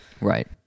Right